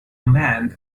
man